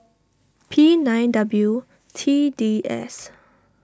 P nine W T D S